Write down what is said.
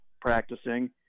practicing